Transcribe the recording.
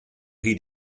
hyd